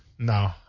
No